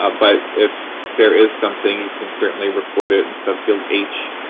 ah but if there is something, you can certainly record it in subfield h.